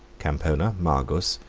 campona, margus,